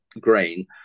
grain